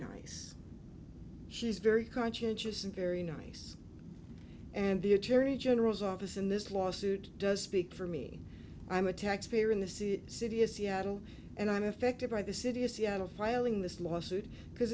nice she's very conscientious and very nice and the attorney general's office in this lawsuit does speak for me i'm a taxpayer in the city the city of seattle and i'm affected by the city of seattle filing this lawsuit because